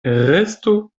restu